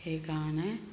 সেইকাৰণে